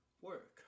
work